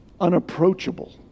unapproachable